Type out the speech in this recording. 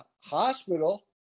hospital